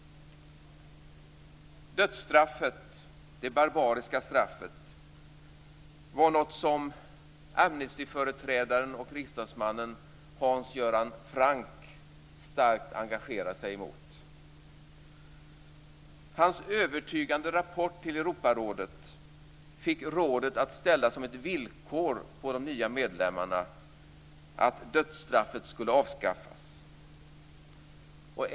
Dödsstraffet, det barbariska straffet, var något som Amnestyföreträdaren och riksdagsmannen Hans Göran Franck starkt engagerade sig mot. Hans övertygande rapport till Europarådet fick rådet att ställa som ett villkor på de nya medlemmarna att dödsstraffet skulle avskaffas.